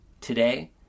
today